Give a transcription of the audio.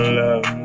love